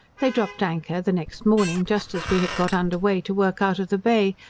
they dropped anchor the next morning, just as we had got under weigh to work out of the bay,